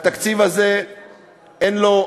התקציב הזה אין לו,